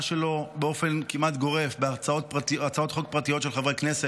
שלו באופן כמעט גורף בהצעות חוק פרטיות של חברי כנסת.